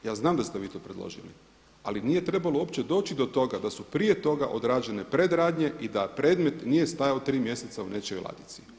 Ja znam da ste vi to predložili ali nije trebalo uopće doći do toga da su prije toga odrađene predradnje i da predmet nije stajao tri mjeseca u nečijoj ladici.